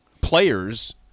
players